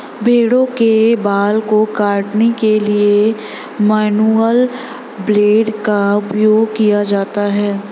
भेड़ों के बाल को काटने के लिए मैनुअल ब्लेड का उपयोग किया जाता है